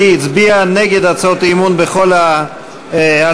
הצביע נגד הצעות האי-אמון בכל ההצבעות,